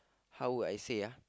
how would I say uh